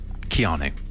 Keanu